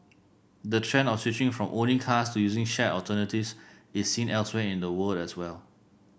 the trend of switching from owning cars to using shared alternatives is seen elsewhere in the world as well